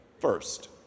first